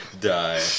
Die